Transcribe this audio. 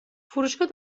فروشگاه